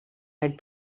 had